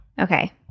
Okay